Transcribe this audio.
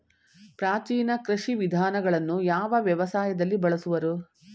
ಪ್ರಾಚೀನ ಕೃಷಿ ವಿಧಾನಗಳನ್ನು ಯಾವ ವ್ಯವಸಾಯದಲ್ಲಿ ಬಳಸುವರು?